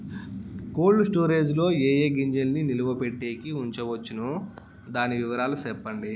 Cold storage లో ఏ ఏ గింజల్ని నిలువ పెట్టేకి ఉంచవచ్చును? దాని వివరాలు సెప్పండి?